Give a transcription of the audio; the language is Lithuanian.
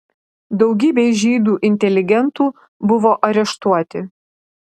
daugybė žydų inteligentų buvo areštuoti